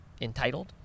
entitled